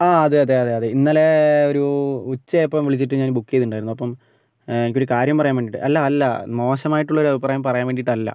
ആ അതെ അതെ അതേ ഇന്നലെ ഒരു ഉച്ചയായപ്പോൾ വിളിച്ചിട്ട് ഞാൻ ബുക്ക് ചെയ്തിട്ടുണ്ടായിരുന്നു അപ്പം എനിക്ക് ഒരു കാര്യം പറയാൻ വേണ്ടിയിട്ട് അല്ല അല്ല മോശമായിട്ടുള്ള ഒരു അഭിപ്രായം പറയാൻ വേണ്ടിയിട്ട് അല്ല